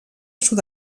sud